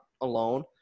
alone